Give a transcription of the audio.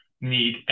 need